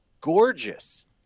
gorgeous